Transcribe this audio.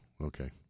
okay